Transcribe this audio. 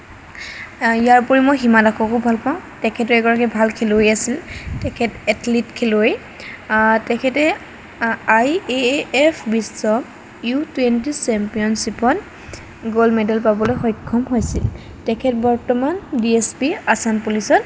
ইয়াৰোপৰি মই হিমা দাসকো ভাল পাওঁ তেখেতে এগৰাকী ভাল খেলুৱৈ আছিল তেখেত এথলিট খেলুৱৈ তেখেতে আই এ এফ বিশ্ব ইউ টুৱেণ্টি চেম্পিয়নশ্বিপত গ'ল্ড মেডেল পাবলৈ সক্ষম হৈছিল তেখেত বৰ্তমান ডি এছ পি আসাম পুলিছত